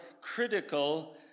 critical